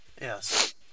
yes